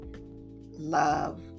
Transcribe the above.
love